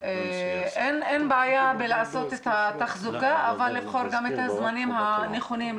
אין בעיה בלעשות את התחזוקה אבל לבחור גם את הזמנים הנכונים.